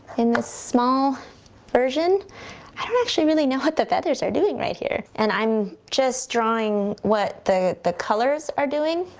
in this small version, i don't actually really know what the feathers are doing right here, and i'm just drawing what the the colors are doing.